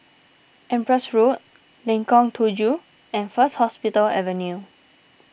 Empress Road Lengkong Tujuh and First Hospital Avenue